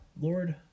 lord